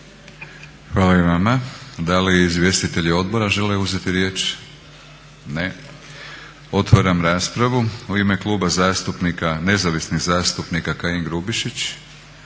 Hvala i vama. Da li izvjestitelji odbora žele uzeti riječ? Ne. Otvaram raspravu. U ime Kluba zastupnika nezavisnih zastupnika Kajin-Grubišić.